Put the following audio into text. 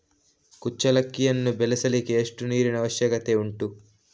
ಕುಚ್ಚಲಕ್ಕಿಯನ್ನು ಬೆಳೆಸಲಿಕ್ಕೆ ಎಷ್ಟು ನೀರಿನ ಅವಶ್ಯಕತೆ ಉಂಟು?